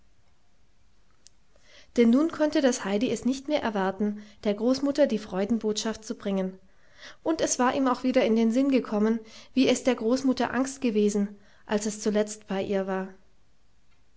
denn nun konnte das heidi es nicht mehr erwarten der großmutter die freudenbotschaft zu bringen und es war ihm auch wieder in den sinn gekommen wie es der großmutter angst gewesen als es zuletzt bei ihr war